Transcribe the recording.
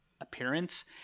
appearance